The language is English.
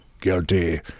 Guilty